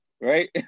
right